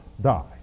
die